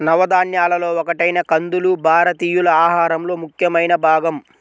నవధాన్యాలలో ఒకటైన కందులు భారతీయుల ఆహారంలో ముఖ్యమైన భాగం